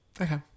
Okay